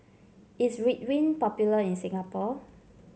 is Ridwind popular in Singapore